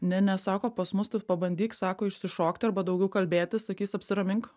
ne ne sako pas mus tu pabandyk sako išsišokti arba daugiau kalbėti sakys apsiramink